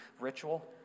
ritual